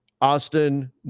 Austin